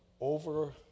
over